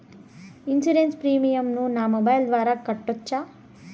Insurance premium ను నా mobile ద్వారా కట్టొచ్చా?